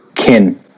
Kin